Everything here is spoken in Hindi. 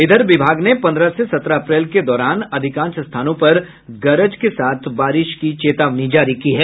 इधर विभाग ने पन्द्रह से सत्रह अप्रैल के दौरान अधिकांश स्थानों पर गरज के साथ बारिश की चेतावनी जारी की है